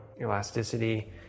elasticity